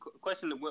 question